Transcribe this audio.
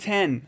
Ten